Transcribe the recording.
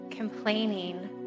complaining